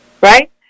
Right